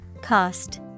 Cost